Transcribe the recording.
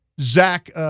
Zach